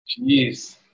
Jeez